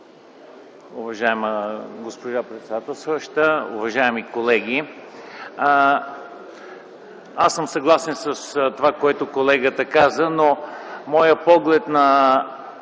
Уважаема госпожо председателстваща, уважаеми колеги! Аз съм съгласен с това, което колегата каза, но моят поглед